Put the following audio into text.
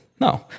No